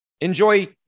enjoy